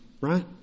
right